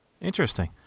Interesting